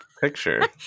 picture